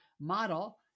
model